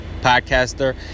podcaster